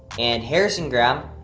and harrison graham,